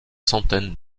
centaines